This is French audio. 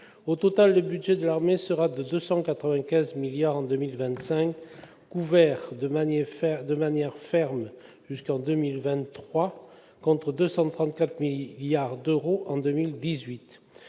Au total, le budget de l'armée sera de 295 milliards d'euros en 2025, couverts de manière ferme jusqu'en 2023, contre 234 milliards d'euros en 2018.